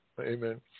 Amen